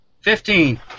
Fifteen